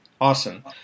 Awesome